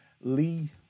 Lee